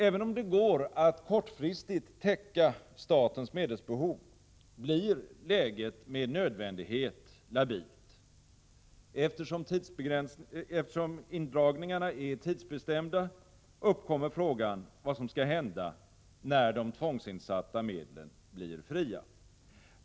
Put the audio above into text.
Även om det går att kortfristigt täcka statens medelsbehov, blir läget med nödvändighet labilt. Eftersom indragningarna är tidsbestämda, uppkommer frågan vad som skall hända när de tvångsinsatta medlen blir fria.